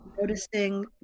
noticing